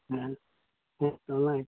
ᱦᱮᱸ ᱦᱮᱸ ᱛᱚ ᱚᱱᱟᱜᱮ